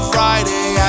Friday